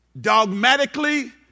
dogmatically